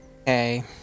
Okay